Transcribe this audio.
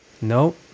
No